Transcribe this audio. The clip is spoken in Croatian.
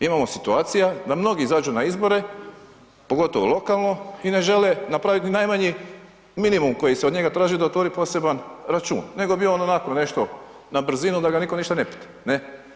Imamo situacija da mnogi izađu na izbore, pogotovo lokalno, i ne žele napraviti ni najmanji minimum koji se od njega traži da otvori poseban račun, nego bi on onako nešto na brzinu da ga nitko ništa ne pita, ne.